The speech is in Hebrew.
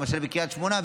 למשל בקריית שמונה,